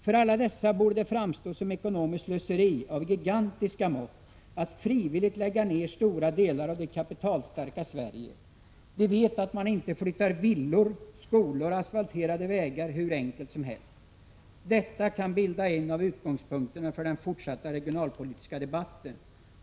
För alla dessa borde det framstå som ekonomiskt slöseri av gigantiska mått att frivilligt lägga ner stora delar av det kapitalstarka Sverige. De vet att man inte flyttar villor, skolor och asfalterade vägar hur enkelt som helst. Detta kan bilda en av utgångspunkterna för den fortsatta regionalpolitiska debatten.